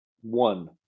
one